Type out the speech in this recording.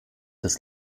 des